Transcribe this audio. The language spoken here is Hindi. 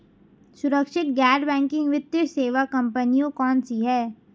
सुरक्षित गैर बैंकिंग वित्त सेवा कंपनियां कौनसी हैं?